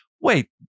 wait